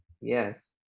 Yes